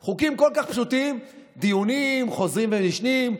על חוקים כל כך פשוטים דיונים חוזרים ונשנים.